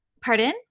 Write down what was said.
pardon